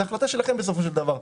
זה החלטה שלכם, בסופו של דבר.